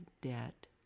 debt